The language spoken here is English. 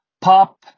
pop